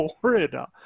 Florida